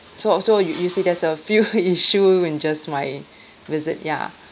so so you you see there's a few issue in just my visit ya